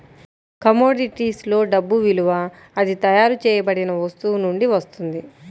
కమోడిటీస్లో డబ్బు విలువ అది తయారు చేయబడిన వస్తువు నుండి వస్తుంది